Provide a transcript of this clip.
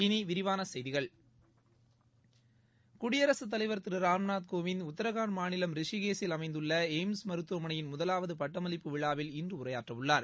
இனி விரிவான செய்திகள் குடியரசுத் தலைவர் திரு ராம்நாத் கோவிந்த் உத்ரகாண்ட் மாநிலம் ரிஷிகேசில் அமைந்துள்ள எய்ம்ஸ் மருத்துவமனையின் முதலாவது பட்டமளிப்பு விழாவில் இன்று உரையாற்றவுள்ளார்